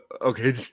okay